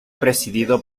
presidido